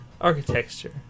Architecture